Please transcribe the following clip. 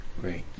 great